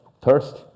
thirst